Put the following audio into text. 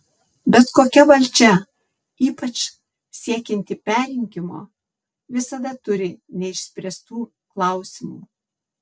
bet kokia valdžia ypač siekianti perrinkimo visada turi neišspręstų klausimų